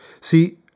See